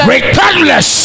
Regardless